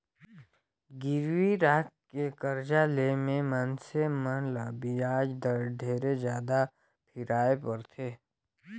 गिरवी राखके करजा ले मे मइनसे मन ल बियाज दर ढेरे जादा फिराय परथे